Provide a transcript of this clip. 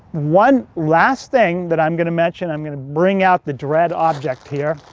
one last thing that i'm gonna mention. i'm gonna bring out the dread object here.